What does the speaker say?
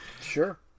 Sure